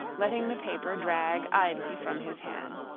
letting the paper drag idly from his hand.